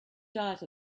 diet